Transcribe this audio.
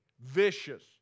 vicious